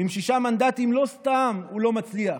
עם שישה מנדטים לא סתם הוא לא מצליח.